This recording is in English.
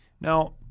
Now